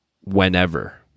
whenever